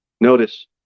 Notice